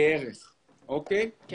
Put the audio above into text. זה